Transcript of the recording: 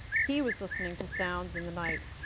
he was listening to sounds in the night.